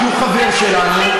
כי הוא חבר שלנו,